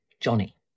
Johnny